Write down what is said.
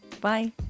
Bye